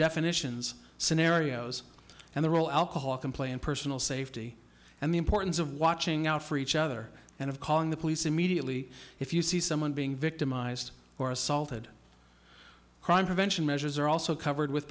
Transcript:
definitions scenarios and the role alcohol can play in personal safety and the importance of watching out for each other and of calling the police immediately if you see someone being victimized or assaulted crime prevention measures are also covered with